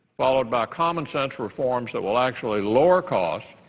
followed by commonsense reforms that will actually lower costs,